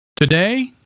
Today